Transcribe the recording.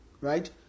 right